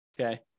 okay